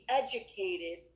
educated